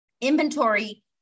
inventory